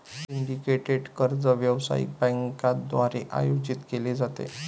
syndicated कर्ज व्यावसायिक बँकांद्वारे आयोजित केले जाते